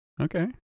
Okay